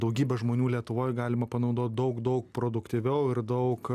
daugybė žmonių lietuvoj galima panaudot daug daug produktyviau ir daug